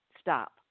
Stop